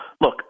Look